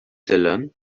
dylan